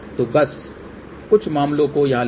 तो बस कुछ मामलों को यहां लें